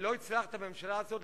ולא הצלחת בממשלה הזאת,